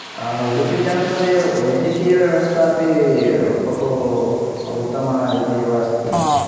उडुपीजनपदे वैद्यकीयव्यवस्थापि बहु उत्तमारीत्या एव अस्ति